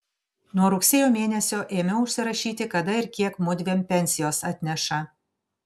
nuo rugsėjo mėnesio ėmiau užsirašyti kada ir kiek mudviem pensijos atneša